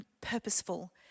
purposeful